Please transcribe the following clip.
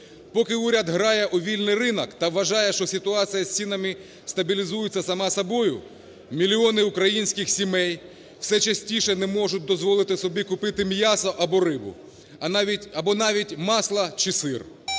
Поки уряд грає у вільний ринок та вважає, що ситуація з цінами стабілізується сама собою, мільйони українських сімей все частіше не можуть дозволити собі купити м'ясо або рибу, або навіть масло чи сир.